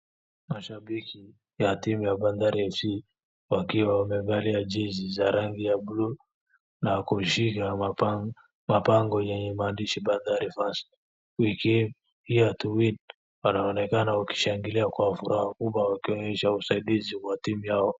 Mashabiki wa timu ya Bandari FC wakiwa wamevalia jezi za rangi ya buluu na kushika mabango yenye maandishi ya Bandari fans we came here to win [cs ]na wanaonekana wakishangalia Kwa furaha kubwa wakionyesha usaidizi Kwa timu yako.